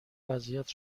وضعیت